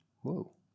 whoa